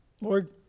Lord